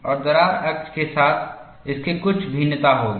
और दरार अक्ष के साथ इसके कुछ भिन्नता होगी